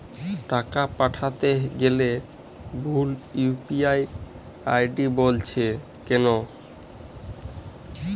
টাকা পাঠাতে গেলে ভুল ইউ.পি.আই আই.ডি বলছে কেনো?